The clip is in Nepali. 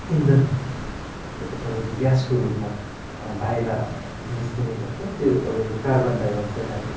इन्धन एउटा तपाईँको ग्यासको रूपमा बाहिर निस्किने गर्छ त्यो तपाईँको कार्बन डाइअक्साइड हामी